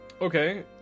Okay